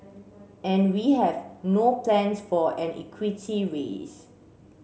and we have no plans for an equity raise